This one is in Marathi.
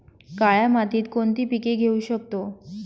काळ्या मातीत कोणती पिके घेऊ शकतो?